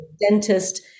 dentist